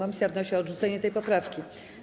Komisja wnosi o odrzucenie tej poprawki.